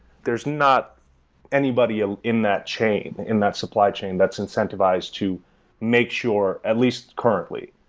there's not anybody ah in that chain, in that supply chain that's incentivized to make sure at least currently,